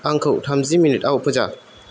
आंखौ थामजि मिनिटआव फोजा